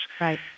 right